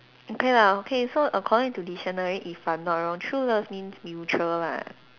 okay lah okay so according to dictionary if I'm not wrong true love means mutual lah